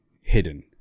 hidden